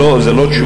זה לא תשובה.